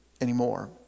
anymore